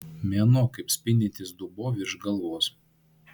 mėnuo kaip spindintis dubuo virš galvos